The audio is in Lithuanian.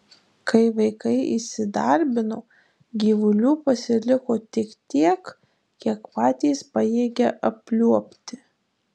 kai vaikai įsidarbino gyvulių pasiliko tik tiek kiek patys pajėgia apliuobti